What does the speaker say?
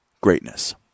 greatness